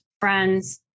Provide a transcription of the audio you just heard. friends